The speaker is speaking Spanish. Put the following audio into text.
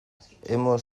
hemos